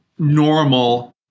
normal